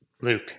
Luke